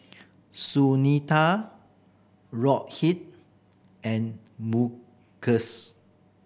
Sunita Rohit and Mukesh